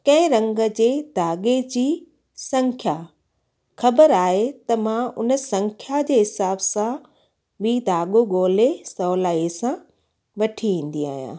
कंहिं रंग जे दाॻे जी संख्या ख़बर आहे त मां हुन संख्या जे हिसाब सां बि दाॻो गोले सवलाईअ सां वठी ईंदी आहियां